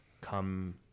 come